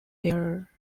their